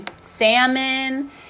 salmon